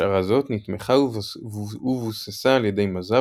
השערה זאת נתמכה ובוססה על ידי מזר